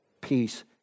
peace